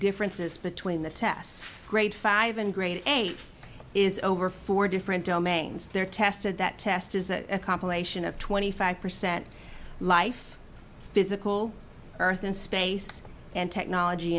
differences between the tests grade five and grade eight is over four different domains they're tested that test is a compilation of twenty five percent life physical earth and space and technology